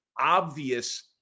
obvious